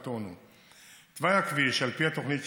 לטייל,